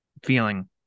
feeling